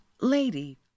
Lady